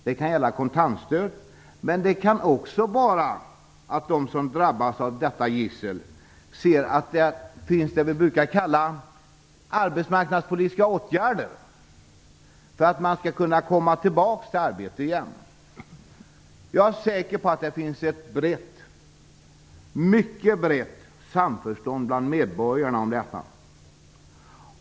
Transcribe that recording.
Det kan gälla möjligheten till kontantstöd, men det kan också gälla att de som drabbas av detta gissel skall veta att vi kan använda oss av det vi brukar kalla arbetsmarknadspolitiska åtgärder för att de arbetslösa skall kunna komma tillbaka till ett arbete. Jag är säker på att det finns ett brett, mycket brett, samförstånd bland medborgarna om detta.